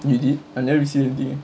really I never receive anything eh